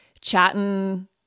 chatting